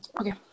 Okay